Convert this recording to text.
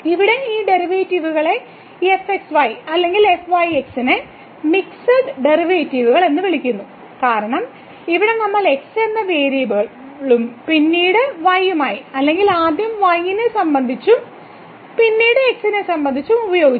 ഇവിടെ ഈ ഡെറിവേറ്റീവുകളെ fxy അല്ലെങ്കിൽ fyx നെ മിക്സഡ് ഡെറിവേറ്റീവുകൾ എന്ന് വിളിക്കുന്നു കാരണം ഇവിടെ നമ്മൾ x എന്ന വേരിയബിളുകളും പിന്നീട് y യുമായി അല്ലെങ്കിൽ ആദ്യം y നെ സംബന്ധിച്ചും x നെ സംബന്ധിച്ചും ഉപയോഗിച്ചു